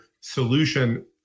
solution